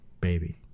Baby